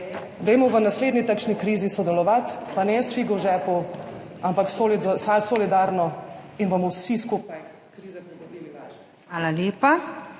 Hvala lepa.